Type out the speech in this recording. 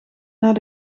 naar